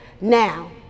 now